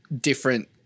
different